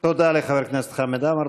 תודה לחבר הכנסת חמד עמאר.